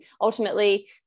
ultimately